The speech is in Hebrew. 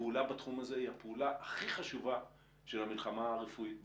הפעולה בתחום הזה היא הפעולה הכי חשובה של המלחמה הרפואית בקורונה.